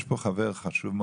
יש פה חבר מאוד חשוב,